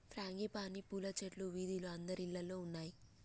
frangipani పూల చెట్లు వీధిలో అందరిల్లల్లో ఉన్నాయి